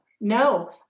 no